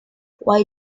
why